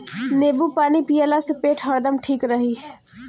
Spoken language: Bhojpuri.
नेबू पानी पियला से पेट हरदम ठीक रही